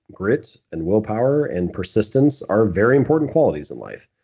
grit and will power and persistence are very important qualities in life.